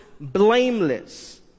blameless